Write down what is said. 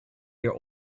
your